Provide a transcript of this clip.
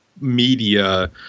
media